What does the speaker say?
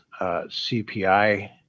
CPI